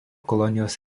kolonijos